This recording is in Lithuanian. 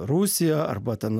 rusija arba ten